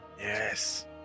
Yes